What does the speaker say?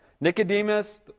Nicodemus